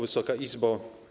Wysoka Izbo!